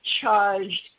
charged